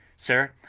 sir,